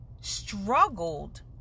struggled